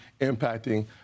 impacting